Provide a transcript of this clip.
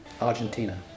Argentina